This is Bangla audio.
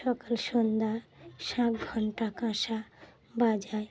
সকাল সন্ধ্যা ঘন্টা কাঁসা বাজায়